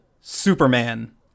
Superman